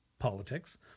Politics